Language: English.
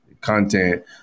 content